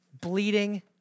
bleeding